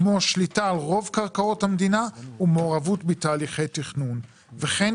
כמו שליטה על רוב קרקעות המדינה ומעורבות בתהליכי תכנון וכן